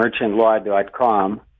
Merchantlaw.com